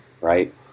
right